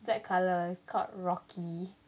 black colour it's called rocky sounds cute